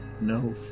no